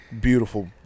Beautiful